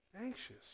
Anxious